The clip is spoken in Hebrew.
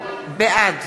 בעד